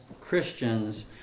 Christians